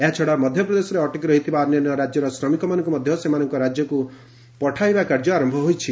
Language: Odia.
ଏହାଛଡ଼ା ମଧ୍ୟପ୍ରଦେଶରେ ଅଟକି ରହିଥିବା ଅନ୍ୟାନ୍ୟ ରାଜ୍ୟର ଶ୍ରମିକମାନଙ୍କୁ ମଧ୍ୟ ସେମାନଙ୍କ ରାଜ୍ୟକୁ ପଠାଇବା କାର୍ଯ୍ୟ ଆରମ୍ଭ ହୋଇଛି